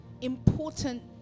important